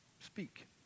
speak